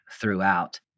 throughout